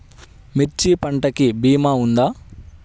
మిర్చి పంటకి భీమా ఉందా?